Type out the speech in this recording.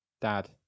dad